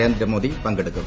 നരേന്ദ്രമോദി പങ്കെടുക്കും